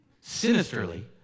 Sinisterly